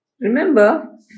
Remember